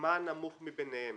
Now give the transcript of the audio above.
כלומר,